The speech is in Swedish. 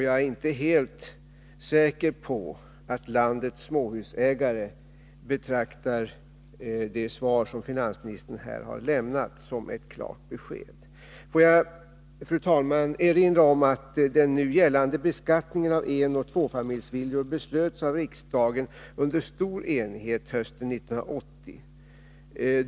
Jag är inte helt säker på att landets småhusägare betraktar det svar som finansministern här har lämnat som ett klart besked. Får jag, fru talman, erinra om att den nu gällande beskattningen av enoch tvåfamiljsvillor beslöts av riksdagen under stor enighet hösten 1980.